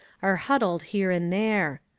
are huddled here and there.